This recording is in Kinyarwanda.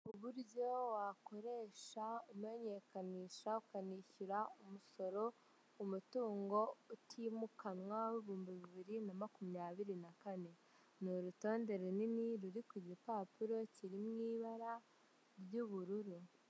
Uburyo wakoresha umunyekanisha ukanishyura umusoro ku mutungo utimukanwa w'ibihumbi bibiri na makumyabiri na kane, ni urutonde runini ruri ku gipapuro kiri mu ibara ry'ubururu.